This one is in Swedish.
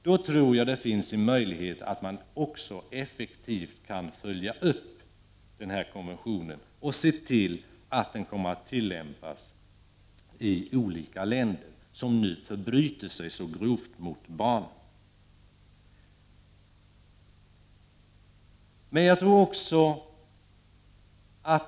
Då tror jag det finns en möjlighet att man också effektivt kan följa upp denna konvention och se till att den tillämpas i olika länder, som nu så grovt förbryter sig mot barn.